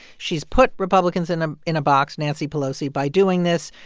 she's put republicans in ah in a box nancy pelosi by doing this.